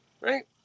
Right